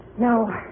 No